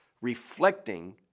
reflecting